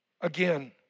Again